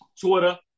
Twitter